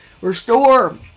restore